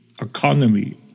economy